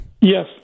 Yes